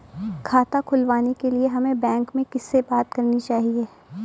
खाता खुलवाने के लिए हमें बैंक में किससे बात करनी चाहिए?